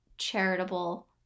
charitable